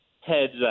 heads